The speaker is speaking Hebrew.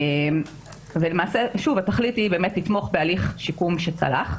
ולמעשה התכלית היא לתמוך בהליך שיקום שצלח.